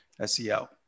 SEO